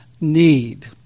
need